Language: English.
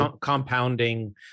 compounding